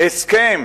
הסכם